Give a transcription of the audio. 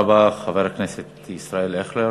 תודה רבה, חבר הכנסת ישראל אייכלר.